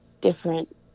different